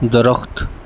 درخت